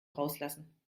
rauslassen